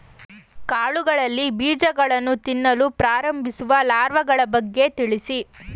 ಕಾಳುಗಳಲ್ಲಿ ಬೀಜಗಳನ್ನು ತಿನ್ನಲು ಪ್ರಾರಂಭಿಸುವ ಲಾರ್ವಗಳ ಬಗ್ಗೆ ತಿಳಿಸಿ?